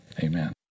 Amen